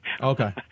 Okay